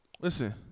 Listen